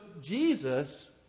Jesus